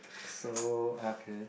so ya okay